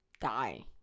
die